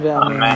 Amen